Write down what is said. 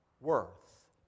worth